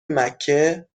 مکه